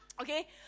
Okay